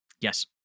yes